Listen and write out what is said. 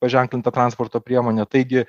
paženklinta transporto priemonė taigi